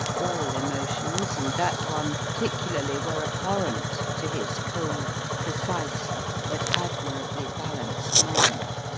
all emotions, and that one particularly, were abhorrent to his cold, precise but admirably balanced mind.